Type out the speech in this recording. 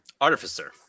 artificer